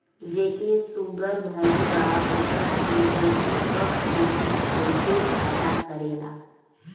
जेके शुगर भईल बा ओकरा के रागी कअ रोटी बहुते फायदा करेला